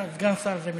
סגן שר זה משולם.